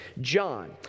John